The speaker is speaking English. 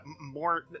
more